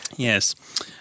Yes